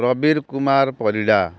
Prabir Kumar Parida